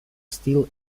steel